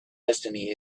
destiny